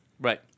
Right